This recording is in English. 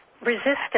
resistance